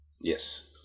Yes